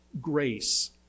grace